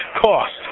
cost